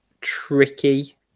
tricky